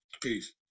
Peace